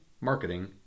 marketing